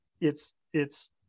It's—it's